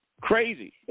Crazy